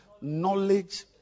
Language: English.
knowledge